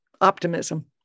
optimism